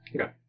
Okay